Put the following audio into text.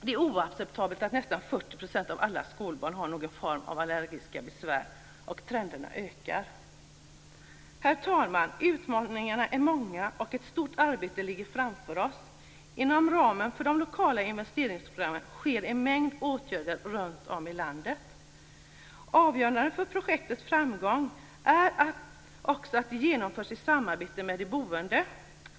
Det är oacceptabelt att nästan 40 % av alla skolbarn har någon form av allergiska besvär, och trenden ökar. Herr talman! Utmaningarna är många och ett stort arbete ligger framför oss. Inom ramen för de lokala investeringsprogrammen sker en mängd åtgärder runtom i landet. Avgörande för projektens framgång är också att de genomförs i samarbete med de boende.